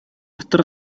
дотор